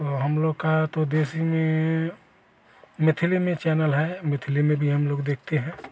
तो हम लोग का तो देश ही में मैथिली में चैनल है मैथिली में हम लोग देखते हैं